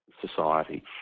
society